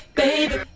baby